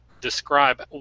describe